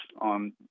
on